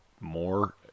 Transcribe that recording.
more